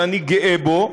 שאני גאה בו,